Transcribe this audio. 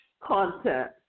content